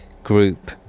group